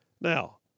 Now